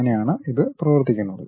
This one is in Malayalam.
അങ്ങനെ ആണ് ഇത് പ്രവർത്തിക്കുന്നത്